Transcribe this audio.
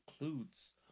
includes